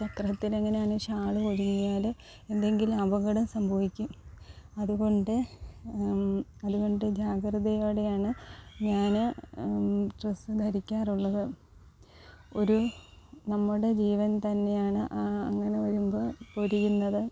ചക്രത്തിൽ എങ്ങനെയാണ് ഷാള് കുരുങ്ങിയാൽ എന്തെങ്കിലും അപകടം സംഭവിക്കും അതുകൊണ്ട് അതുകൊണ്ട് ജാഗ്രതയോടെയാണ് ഞാൻ ഡ്രസ്സ് ധരിക്കാറുള്ളത് ഒരു നമ്മുടെ ജീവൻ തന്നെയാണ് ആ അങ്ങനെ വരുമ്പം പൊഴിയുന്നത്